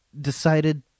decided